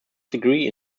degree